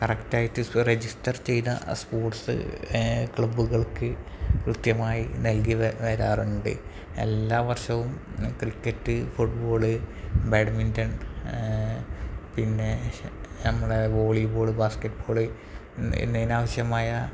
കറക്റ്റായി സു റജിസ്റ്റർ ചെയ്ത സ്പോട്ട്സ് ഏ ക്ലബുകൾക്കു കൃത്യമായി നൽകി വെ വരാറുണ്ട് എല്ലാ വർഷവും ക്രികറ്റ് ഫുട്ബോൾ ബാഡ്മിൻ്റൺ പിന്നെ നമ്മളുടെ വോളി ബോൾ ബാസ്കറ്റ് ബോൾ ഇന്ന ഇന്ന ആവശ്യമായ